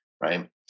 right